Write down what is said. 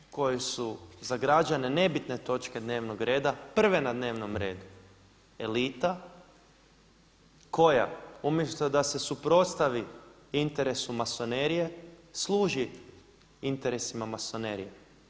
Elita kojoj su za građane nebitne točke dnevnog reda prve na dnevnom redu, elita koja umjesto da se suprotstavi interesu masonerije služi interesima masonerije.